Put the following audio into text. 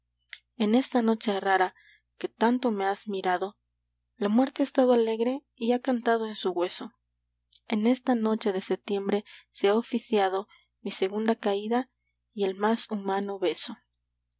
en esta noche rara que tanto me has mirado la muerte ha estado alegre y ha cantado en su hueso en esta noche de setiembre se ha oficiado mi segunda caída y el mas humano beso